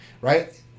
right